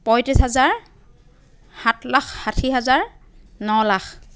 পঁয়ত্ৰিছ হাজাৰ সাত লাখ ষাঠী হাজাৰ ন লাখ